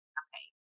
okay